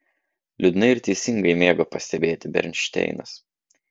liūdnai ir teisingai mėgo pastebėti bernšteinas